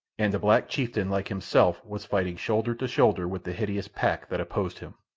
and a black chieftain like himself was fighting shoulder to shoulder with the hideous pack that opposed him.